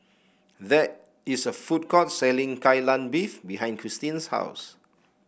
there is a food court selling Kai Lan Beef behind Cristine's house